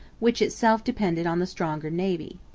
which itself depended on the stronger navy.